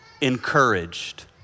encouraged